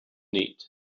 neat